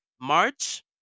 March